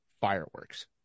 fireworks